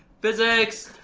physics!